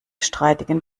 streitigen